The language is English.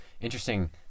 interesting